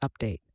update